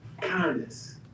kindness